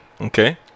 Okay